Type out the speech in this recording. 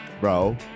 bro